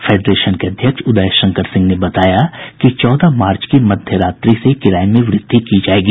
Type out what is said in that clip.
federation के अध्यक्ष उदय शंकर सिंह ने बताया कि चौदह मार्च की मध्य रात्रि से किराये में वृद्धि की जायेगी